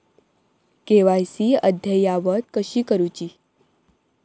KYC अद्ययावत कशी करुची?